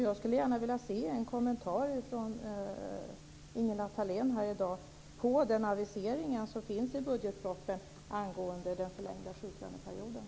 Jag skulle gärna vilja ha en kommentar från Ingela Thalén i dag om den avisering som finns i budgetpropositionen angående den förlängda sjuklöneperioden.